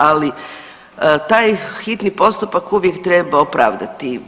Ali taj hitni postupak uvijek treba opravdati.